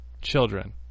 children